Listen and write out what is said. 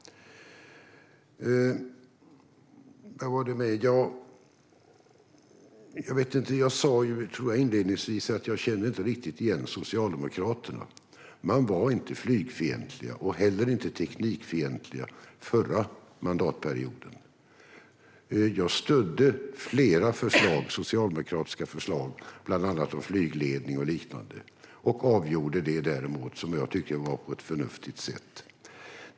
Jag tror att jag sa inledningsvis att jag inte riktigt känner igen Socialdemokraterna. Ni var inte flygfientliga och heller inte teknikfientliga förra mandatperioden. Jag stödde flera socialdemokratiska förslag, bland annat om flygledning och liknande, som jag tyckte avgjordes på ett förnuftigt sätt.